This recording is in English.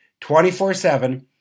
24-7